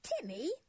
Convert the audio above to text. Timmy